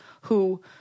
who-